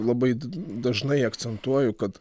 labai d d dažnai akcentuoju kad